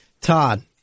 Todd